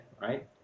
right